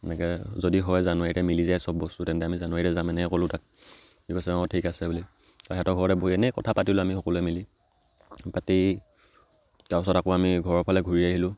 এনেকৈ যদি হয় জানুৱাৰীতে মিলি যায় চব বস্তু তেন্তে আমি জানুৱাৰীতে যাম এনেকৈ ক'লোঁ তাক সি কৈছে অঁ ঠিক আছে বুলি তাৰপা সিহঁতৰ ঘৰতে বহি এনেই কথা পাতিলোঁ আমি সকলোৱে মিলি পাতি তাৰপাছত আকৌ আমি ঘৰৰ ফালে ঘূৰি আহিলোঁ